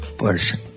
person